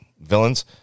villains